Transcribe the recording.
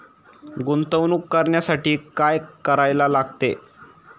गुंतवणूक करण्यासाठी काय करायला लागते?